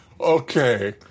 Okay